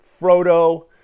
Frodo